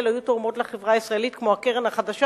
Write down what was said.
היו תורמות לחברה הישראלית כמו הקרן החדשה,